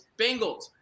Bengals